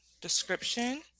description